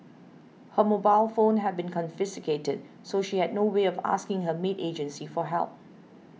her mobile phone had been confiscated so she had no way of asking her maid agency for help